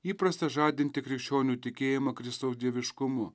įprasta žadinti krikščionių tikėjimą kristaus dieviškumu